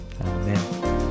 Amen